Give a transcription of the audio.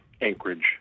Anchorage